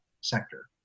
sector